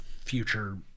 future